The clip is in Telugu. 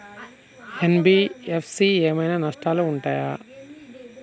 ఎన్.బి.ఎఫ్.సి ఏమైనా నష్టాలు ఉంటయా?